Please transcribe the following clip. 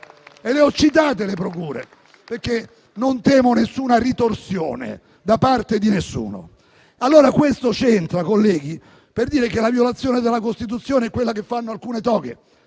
Le ho citate, le procure, perché non temo nessuna ritorsione da parte di nessuno. Questo, colleghi, per dire che la violazione della Costituzione è quella che fanno alcune toghe,